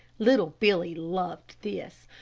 little billy loved this.